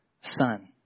son